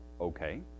Okay